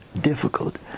difficult